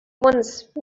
once